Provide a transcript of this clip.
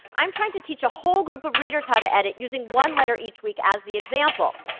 i'm trying to teach a whole group of readers how to edit, using one letter each week as the example.